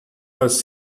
was